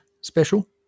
special